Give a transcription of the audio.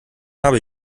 habe